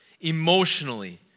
emotionally